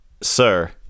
Sir